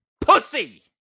pussy